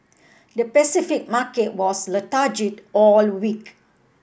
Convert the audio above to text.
the Pacific market was all week